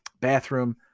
bathroom